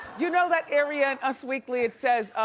you know that area in us weekly, it says,